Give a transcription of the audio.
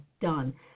done